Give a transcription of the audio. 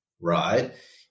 right